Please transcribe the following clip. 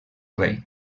rei